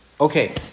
Okay